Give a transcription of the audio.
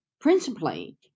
principally